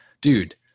dude